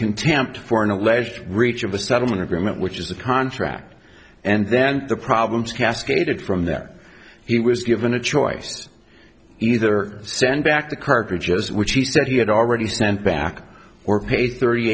contempt for an alleged reach of a settlement agreement which is the contract and then the problems cascaded from that he was given a choice either send back the cartridges which he said he had already sent back or pay thirty